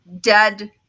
dead